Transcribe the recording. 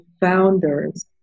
founders